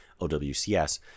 OWCS